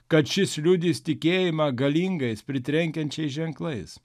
kad šis liudys tikėjimą galingais pritrenkiančiais ženklais